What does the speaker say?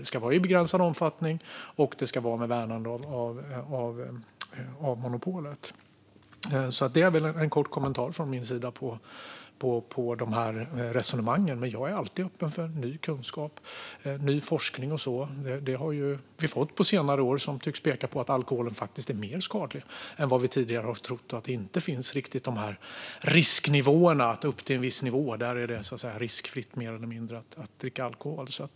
Det ska vara i begränsad omfattning och med värnande av monopolet. Det är en kort kommentar från min sida till de här resonemangen. Men jag är alltid öppen för ny kunskap och ny forskning. Det har vi också fått på senare år. Den tycks peka på att alkoholen är mer skadlig än vi tidigare trott. De risknivåer finns inte där det är mer eller mindre riskfritt att dricka alkohol.